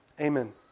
Amen